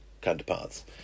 counterparts